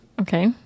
Okay